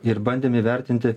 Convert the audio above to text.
ir bandėm įvertinti